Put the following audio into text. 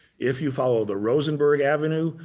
if you follow the rosenborg avenue,